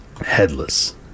headless